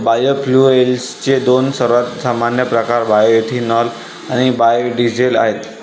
बायोफ्युएल्सचे दोन सर्वात सामान्य प्रकार बायोएथेनॉल आणि बायो डीझेल आहेत